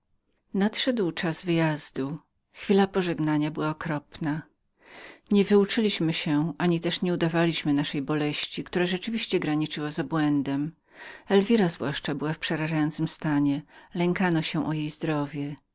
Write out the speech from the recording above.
nadszedł czas do wyjazdu chwila pożegnania była okropną nie wyuczyliśmy się ani też udawali naszej boleści elwira zwłaszcza była w przerażającym stanie lękano się o jej zdrowie